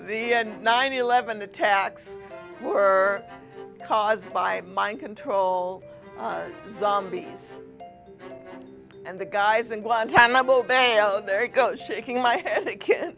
the nine eleven attacks were caused by mind control zombies and the guys in guantanamo bay oh there you go shaking my